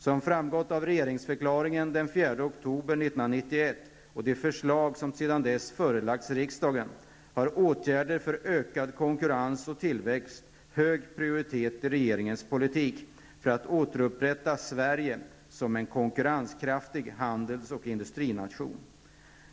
Som framgått av regeringsförklaringen den 4 oktober 1991 och de förslag som sedan dess förelagts riksdagen har åtgärder för ökad konkurrens och tillväxt hög prioritet i regeringens politik för att återupprätta Sverige som en konkurrenskraftig handels och industrination.